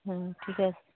হুম ঠিক আছে